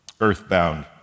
earthbound